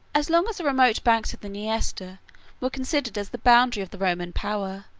as long as the remote banks of the niester were considered as the boundary of the roman power,